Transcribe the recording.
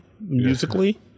musically